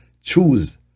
choose